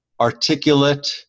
articulate